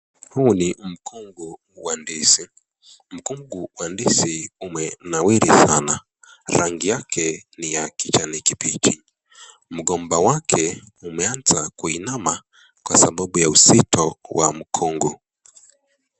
Huu ni mkungu wa ndizi. Mkungu wa ndizi umenawiri sana. Rangi yake ni ya kijani kibichi. Mgomba wake umeanza kuinama, kwa sababu ya uzito wa mkungu.